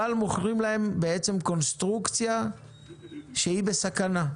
אבל בעצם מוכרים להם קונסטרוקציה שהיא בסכנה.